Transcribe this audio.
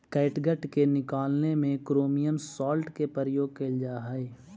catgut के निकालने में क्रोमियम सॉल्ट के प्रयोग कइल जा हई